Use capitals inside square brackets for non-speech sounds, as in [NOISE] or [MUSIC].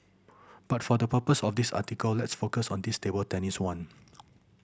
but for the purpose of this article let's focus on this table tennis one [NOISE]